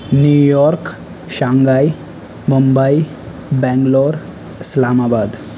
new York Shanghai Mumbai Bangalore اسلام آباد